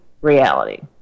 reality